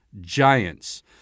giants